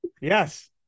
Yes